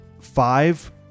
five